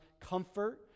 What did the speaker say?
comfort